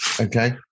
Okay